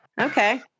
Okay